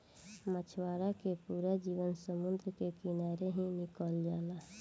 मछवारा के पूरा जीवन समुंद्र के किनारे ही निकल जाला